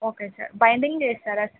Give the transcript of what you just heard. okay sir binding చేస్తారా సా